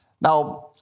Now